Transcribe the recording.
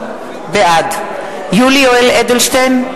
בעד יולי יואל אדלשטיין,